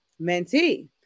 mentee